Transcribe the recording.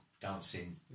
dancing